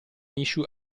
issue